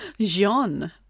Jean